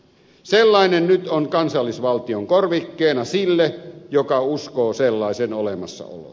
sellainen nyt on kansallisvaltion korvikkeena sille joka uskoo sellaisen olemassaoloon